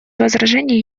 возражений